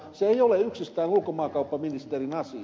se ei ole yksistään ulkomaankauppaministerin asia